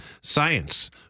science